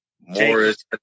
Morris